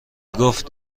گفت